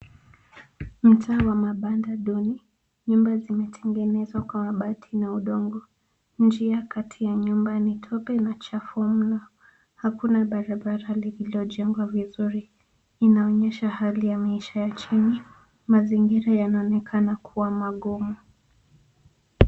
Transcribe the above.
Mtaa wa mabanda duni, nyumba zimetengenezwa kwa mabati na udongo. Njia kati ya nyumba ni tope na chafu mno. Hakuna barabara lililojengwa vizuri. Inaonyesha hali ya maisha ya chini. Mazingira yanaonekana kuwa ngumu.